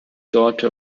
daughter